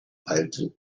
alten